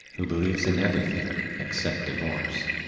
who believes in everything except divorce,